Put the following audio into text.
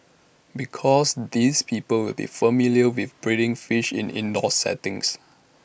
because these people will be familiar with breeding fish in the indoor setting